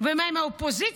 מה עם האופוזיציה?